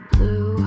Blue